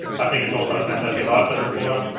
i think it's also a fantastic iso recorder.